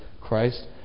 Christ